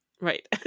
Right